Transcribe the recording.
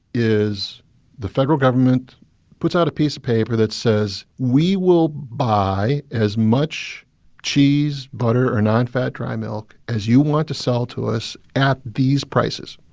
is the federal government puts out a piece of paper that says, we will buy as much cheese, butter or nonfat dry milk as you want to sell to us at these prices.